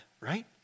right